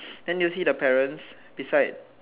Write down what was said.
then you see the parents beside